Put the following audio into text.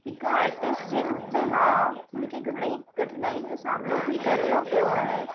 हिकु आर्टिस्ट जे रुप में हा मूंखे घणेई कठिनाइयुनि जो सामिनो बि करिणो पियो आहे